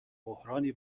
بحرانی